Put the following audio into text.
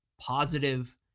positive